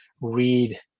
read